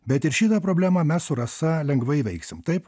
bet ir šitą problemą mes su rasa lengvai įveiksim taip